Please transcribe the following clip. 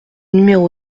numéro